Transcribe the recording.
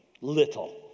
little